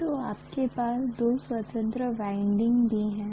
तो आपके पास दो स्वतंत्र वाइंडिंग भी हैं